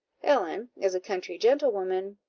ellen, as a country gentlewoman,